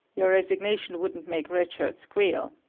your resignation wouldn't make red shirt squeal.